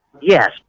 yes